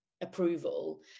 approval